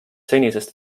senisest